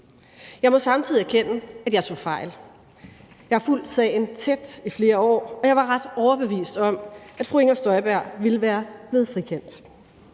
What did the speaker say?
Jeg må samtidig erkende, at jeg tog fejl. Jeg har fulgt sagen tæt i flere år, og jeg var ret overbevist om, at fru Inger Støjberg ville blive frikendt: